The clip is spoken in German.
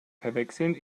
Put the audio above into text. verwechseln